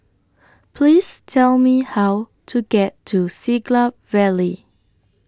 Please Tell Me How to get to Siglap Valley